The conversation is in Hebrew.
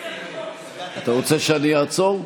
אדוני היושב-ראש, לא קיבלנו, אתה רוצה שאני אעצור?